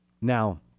Now